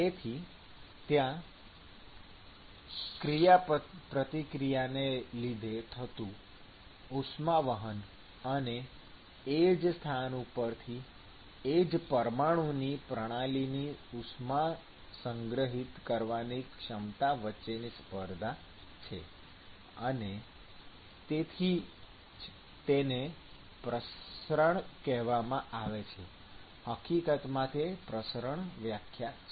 તેથી ત્યાં ક્રિયાપ્રતિક્રિયાને લીધે થતું ઉષ્મા વહન અને એ જ સ્થાન ઉપર એ જ પરમાણુની પ્રણાલીની ઉષ્મા સંગ્રહિત કરવાની ક્ષમતા વચ્ચેની સ્પર્ધા છે અને તેથી જ તેને પ્રસરણ કહેવામાં આવે છે હકીકતમાં તે પ્રસરણ વ્યાખ્યા છે